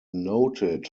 noted